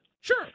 Sure